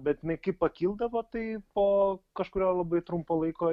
bet jinai kaip pakildavo tai po kažkurio labai trumpo laiko